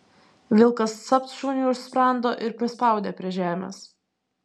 vilkas capt šuniui už sprando ir prispaudė prie žemės